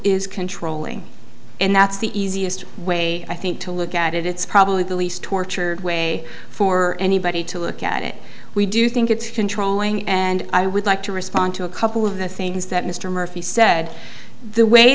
is controlling and that's the easiest way i think to look at it it's probably the least tortured way for anybody to look at it we do think it's controlling and i would like to respond to a couple of the things that mr murphy said the way